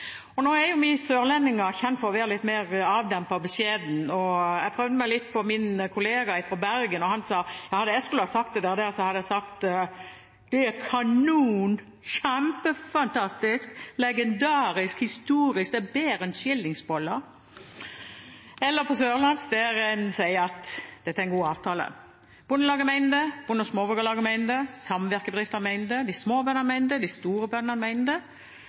kjempefornøyd! Nå er jo vi sørlendinger kjent for å være litt mer avdempet og beskjedne. Jeg prøvde meg litt på min kollega fra Bergen, og han sa: Ja, hadde jeg skullet si det, hadde jeg sagt: Det er kanon, kjempefantastisk, legendarisk, historisk, det er bedre enn skillingsboller! På sørlandsk sier en at dette er en god avtale. Bondelaget mener det, Norsk Bonde- og Småbrukarlag mener det, samvirkebedriftene mener det, de små bøndene mener det, de store bøndene mener det.